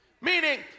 Meaning